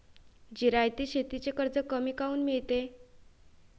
जिरायती शेतीले कर्ज कमी काऊन मिळते?